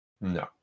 No